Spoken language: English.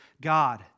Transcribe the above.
God